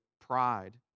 pride